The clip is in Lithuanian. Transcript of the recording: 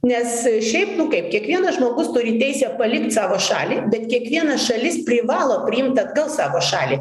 nes šiaip nu kaip kiekvienas žmogus turi teisę palikt savo šalį bet kiekviena šalis privalo priimt atgal savo šalį